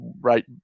right